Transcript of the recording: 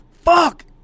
fuck